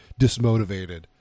dismotivated